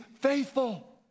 faithful